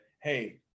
hey